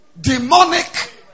demonic